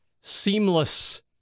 seamless